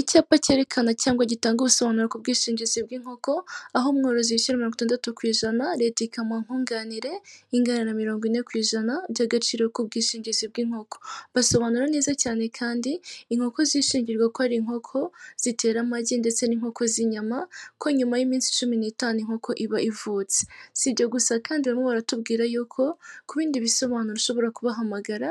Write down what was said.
Icyapa cyerekana cyangwa gitanga ubusobanuro ku bwishingizi bw'inkoko aho umworozi yishyura mirongo itandatu kw'ijana leta ikamuha nkunganire ingana na mirongo ine ku ijana by'agaciro k'ubwishingizi bw'inkoko, basobanura neza cyane kandi inkoko zishingirwa ko ari inkoko zitera amagi ndetse n'inkoko z'inyama, ko nyuma y'iminsi cumi n'itanu inkoko iba ivutse. Sibyo gusa kandi barimo baratubwira y'uko ku bindi bisobanuro ushobora kubahamagara